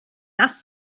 das